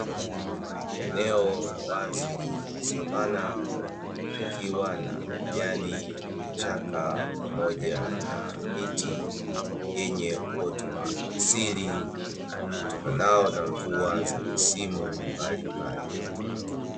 Eneo la wazi la savana likiwa na majani, vichaka pamoja na miti yenye uwoto wa asili, utokanao na mvua za misimu mbalimbali.